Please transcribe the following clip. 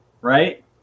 right